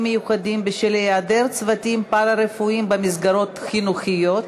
מיוחדים בשל היעדר צוותים פארה-רפואיים במסגרות חינוכיות,